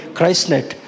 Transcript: Christnet